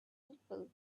people